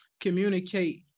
communicate